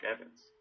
Evans